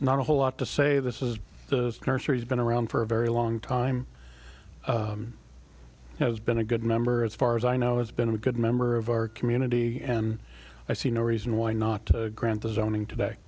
not a whole lot to say this is the character he's been around for a very long time has been a good member as far as i know it's been a good member of our community and i see no reason why not to grant the zoning today